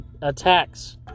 attacks